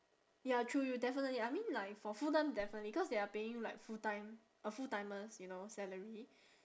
ya true you'll definitely I mean like for full time definitely cause they're paying you like full time a full timer's you know salary